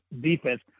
defense